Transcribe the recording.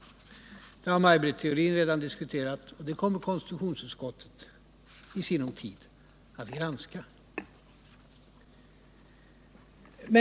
Detta har Maj Britt Theorin redan diskuterat, och det kommer konstitutionsutskottet i sinom tid att granska.